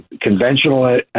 conventional